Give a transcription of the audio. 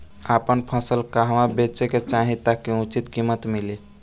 आपन फसल कहवा बेंचे के चाहीं ताकि उचित कीमत मिली?